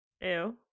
Ew